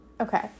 Okay